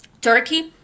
turkey